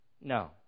No